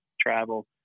travel